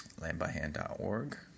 landbyhand.org